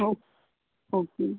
okay okay